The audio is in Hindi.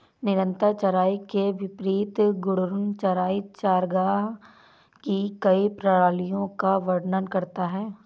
निरंतर चराई के विपरीत घूर्णन चराई चरागाह की कई प्रणालियों का वर्णन करता है